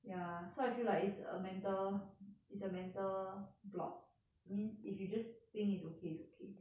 ya so I feel like it's a mental it's a mental block me means if you just think it's okay it's okay